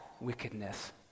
wickedness